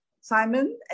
Simon